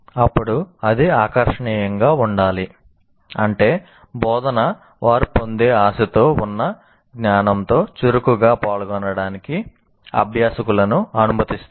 అప్పుడు అది ఆకర్షణీయంగా ఉండాలి అంటే బోధన వారు పొందే ఆశతో ఉన్న జ్ఞానంతో చురుకుగా పాల్గొనడానికి అభ్యాసకులను అనుమతిస్తుంది